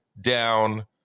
down